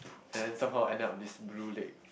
and then somehow end up this blue leg